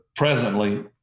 Presently